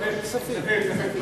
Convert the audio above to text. כספים.